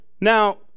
now